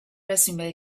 resume